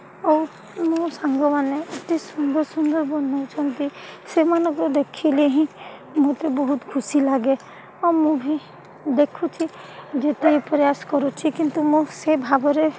ଆଉ ମୋ ସାଙ୍ଗମାନେ ଏତେ ସୁନ୍ଦର ସୁନ୍ଦର ବନାଉଛନ୍ତି ସେମାନଙ୍କୁ ଦେଖିଲେ ହିଁ ମୋତେ ବହୁତ ଖୁସି ଲାଗେ ଆଉ ମୁଁ ବି ଦେଖୁଛି ଯେତେ ବି ପ୍ରୟସ କରୁଛି କିନ୍ତୁ ମୁଁ ସେ ଭାବରେ